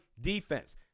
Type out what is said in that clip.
defense